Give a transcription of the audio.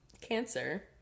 cancer